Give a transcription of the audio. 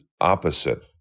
opposite